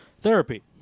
therapy